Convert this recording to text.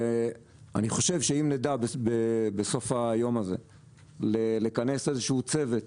אני חושב שאם נדע בסוף היום הזה לכנס איזה שהוא צוות